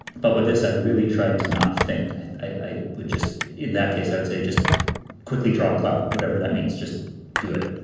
but with this, i really tried to not think i i would just in that case, i would say just quickly draw a cloud, whatever that means, just do it.